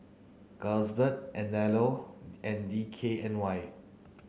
Carlsberg Anello and D K N Y